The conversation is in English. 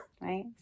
right